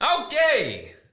Okay